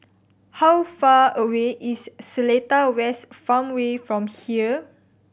how far away is Seletar West Farmway from here